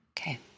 Okay